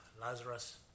Lazarus